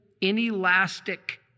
inelastic